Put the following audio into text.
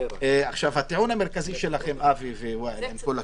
הטיעון המרכזי שלכם, אבי, עם כל הכבוד,